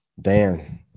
Dan